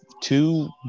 two